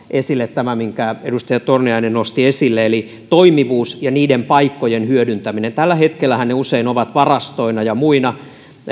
esille tämä minkä edustaja torniainen nosti esille eli toimivuus ja niiden paikkojen hyödyntäminen tällä hetkellähän ne usein ovat varastoina ja muina